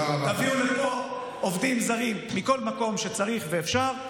תביאו לפה עובדים זרים מכל מקום שצריך ואפשר.